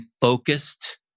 focused